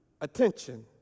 attention